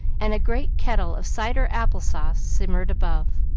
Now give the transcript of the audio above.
and a great kettle of cider apple-sauce simmered above.